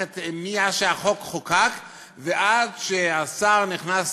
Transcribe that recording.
את יודעת שאת החוק הזה חוקקו בזמן שר החינוך פירון.